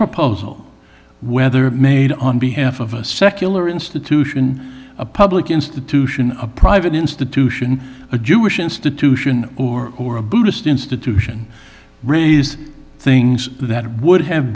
proposal whether made on behalf of a secular institution a public institution a private institution a jewish institution or a buddhist institution raised things that would have